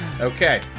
Okay